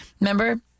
Remember